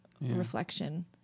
reflection